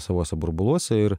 savuose burbuluose ir